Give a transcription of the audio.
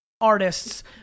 artists